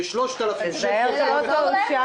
ב-3,000 שקל כל אחד.